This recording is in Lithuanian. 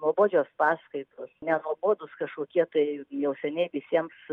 nuobodžios paskaitos ne nuobodūs kažkokie tai jau seniai visiems